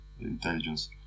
intelligence